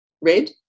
red